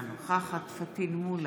אינה נוכחת פטין מולא,